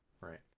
Right